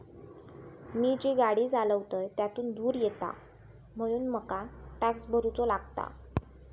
मी जी गाडी चालवतय त्यातुन धुर येता म्हणून मका टॅक्स भरुचो लागता